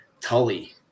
Tully